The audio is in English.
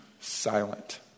Silent